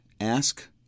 ask